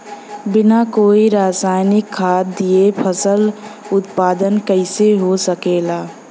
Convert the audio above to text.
बिना कोई रसायनिक खाद दिए फसल उत्पादन कइसे हो सकेला?